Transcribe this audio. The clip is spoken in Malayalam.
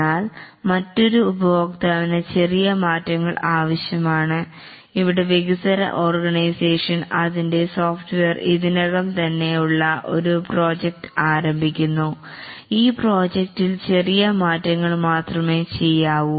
എന്നാൽ മറ്റൊരു ഉപഭോക്താവിന് ചെറിയ മാറ്റങ്ങൾ ആവശ്യമാണ് ഇവിടെ വികസ്വര ഓർഗനൈസേഷൻ അതിൻറെ സോഫ്റ്റ്വെയർ ഇതിനകംതന്നെ ഉള്ള ഒരു പ്രോജക്ട് ആരംഭിക്കുന്നു ഈ പ്രോജക്ടിൽ ചെറിയ മാറ്റങ്ങൾ മാത്രമേ ചെയ്യാവൂ